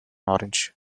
orange